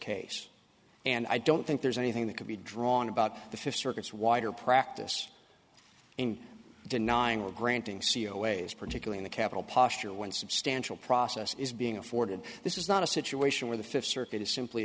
case and i don't think there's anything that could be drawn about the fifth circuits wider practice in denying or granting c e o ways particularly the capital posture when substantial process is being afforded this is not a situation where the fifth circuit is simply